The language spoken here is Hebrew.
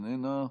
איננה.